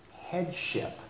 headship